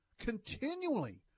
continually